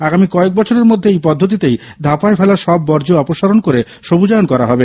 আগামী কয়েক বছরের মধ্যে এই পদ্ধতিতেই ধাপায় ফেলা সব বর্জ্য অপসারণ করে সবুজায়ন করা হবে